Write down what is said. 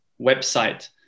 website